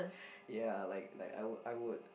ya like like I would I would